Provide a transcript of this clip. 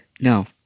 No